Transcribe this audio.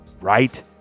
right